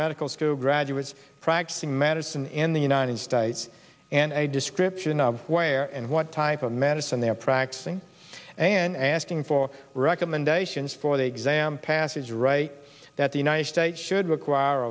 medical school graduates practicing medicine in the united states and a description of where and what type of medicine they are practicing and asking for recommendations for the exam passage right that the united states should require